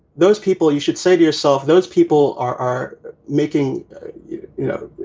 those people you should say to yourself, those people are are making you know,